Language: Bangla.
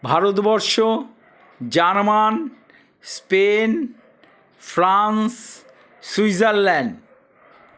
Bharatvarsha German Spain France Switzerland